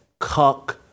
cuck